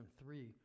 three